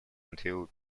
until